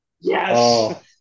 Yes